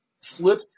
Flip